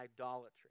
idolatry